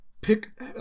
pick